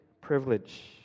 privilege